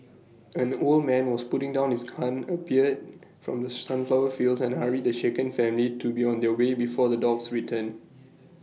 an old man who was putting down his gun appeared from the sunflower fields and hurried the shaken family to be on their way before the dogs return